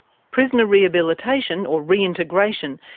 prisoner rehabilitation, or re-integration,